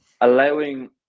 allowing